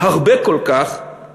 הרבה כל כך